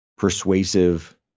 persuasive